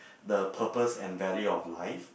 the purpose and value of life